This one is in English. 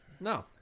No